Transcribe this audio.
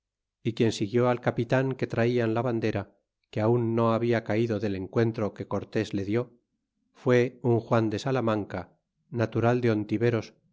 y quien siguió al capitan que traian la bandera que aun no habia caido del encuentro que cortés e dió fué un juan de salamanca natural de